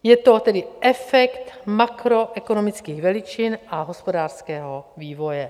Je to tedy efekt makroekonomických veličin a hospodářského vývoje.